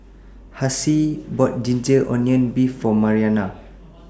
Hassie bought Ginger Onions Beef For Mariana